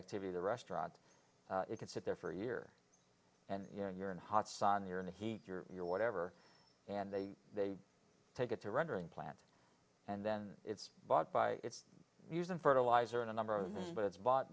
activity the restaurant it can sit there for a year and you know you're in hot sun you're in the heat you're your whatever and they they take it to rendering plant and then it's bought by it's use and fertilizer in a number but it's bought